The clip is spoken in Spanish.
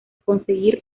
conseguir